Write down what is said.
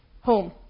Home